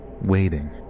waiting